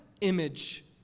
image